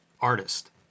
artist